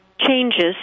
changes